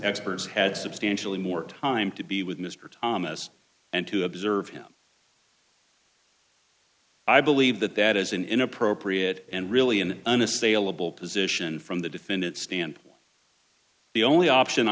experts had substantially more time to be with mr thomas and to observe him i believe that that is an inappropriate and really an unassailable position from the defendant stand the only option